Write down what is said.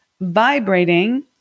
vibrating